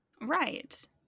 Right